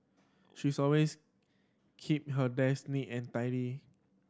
she's always keep her desk neat and tidy